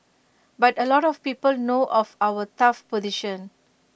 but A lot of people know of our tough position